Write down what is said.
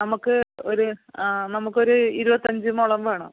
നമുക്ക് ഒരു ആ നമുക്കൊരു ഇരുപത്തഞ്ച് മുഴം വേണം